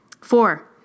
four